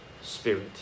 Spirit